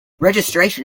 registration